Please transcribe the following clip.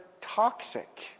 toxic